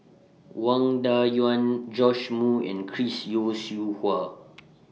Wang Dayuan Joash Moo and Chris Yeo Siew Hua